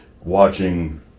watching